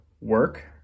work